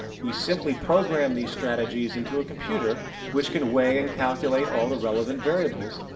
we simply program these strategies into a computer which can weigh and calculate all the relevant variables,